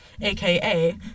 aka